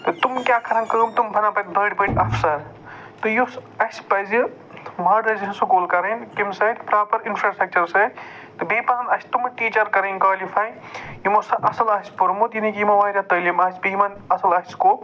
تہٕ تِم کیٛاہ کرَن کٲم کہِ تِم بَنن تَتہِ بٔڈۍ بٔڈۍ اَفسر تہٕ یُس اَسہِ پزِ ماڈرایزیشَن سکوٗل کَرٕنۍ تَمہِ سۭتۍ پرٛاپر اِنفٔراسِٹرٛکچرو سۭتۍ تہٕ بیٚیہِ پزَن اَسہِ تِمہٕ ٹیٖچر کَرٕنۍ کالِفَے یِمو زَن اَصٕل آسہِ پوٚرمُت یعنے کہِ یِمَو واریاہ تعلیٖم آسہِ یِمَن اَصٕل آسہِ سُکوپ